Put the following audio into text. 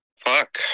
fuck